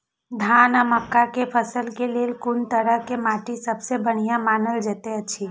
धान आ मक्का के फसल के लेल कुन तरह के माटी सबसे बढ़िया मानल जाऐत अछि?